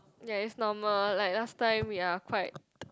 ya it's normal like last time we are quite